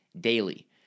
daily